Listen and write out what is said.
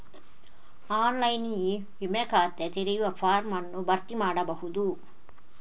online e ವಿಮಾ ಖಾತೆ ತೆರೆಯುವ ಫಾರ್ಮ್ ಅನ್ನು ಭರ್ತಿ ಮಾಡಬಹುದು